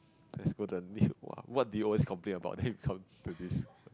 let's go to the next what do you always complain about let him comes to this